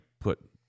put